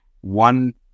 one